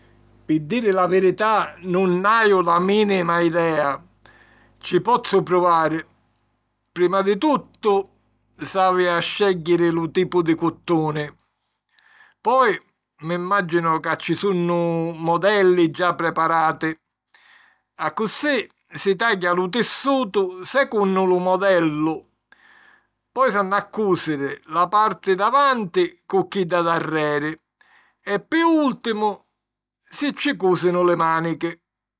Pi diri la virità nun haju la mìnima idea. Ci pozzu pruvari. Prima di tuttu, s'havi a scègghiri lu tipu di cuttuni. Poi mi mmàginu ca ci sunnu modelli già preparati. Accussì si tàgghia lu tissutu secunnu lu modellu. Poi s'hannu a cùsiri la parti davanti cu chidda darreri e pi ùltimu si ci cùsinu li mànichi.